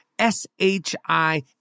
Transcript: S-H-I